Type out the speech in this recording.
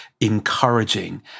encouraging